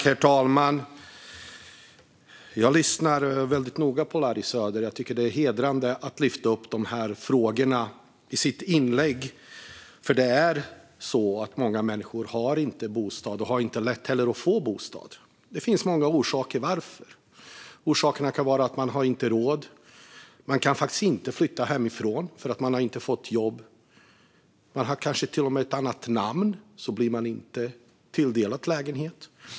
Herr talman! Jag lyssnade väldigt noga på Larry Söder. Jag tycker att det hedrar honom att han lyfte upp dessa frågor i sitt anförande. Många människor har inte någon bostad och har heller inte lätt att få någon bostad. Det finns många orsaker till detta. Orsaken kan vara att man inte har råd - man kanske inte kan flytta hemifrån eftersom man inte har fått något jobb. Kanske har man ett annat namn och blir därför inte tilldelad en lägenhet.